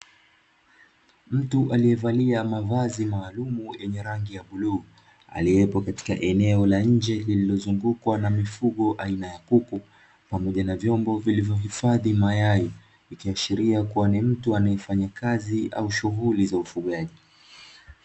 Mtu alievalia mavazi maalumu yenye rangi ya bluu, aliepo katika eneo la nje lililozungukwa na mifugo aina ya kuku pamoja na vyombo vilivyohifadhi mayai. Ikiashiria kuwa ni mtu anaefanya kazi au shughuli za ufugaji.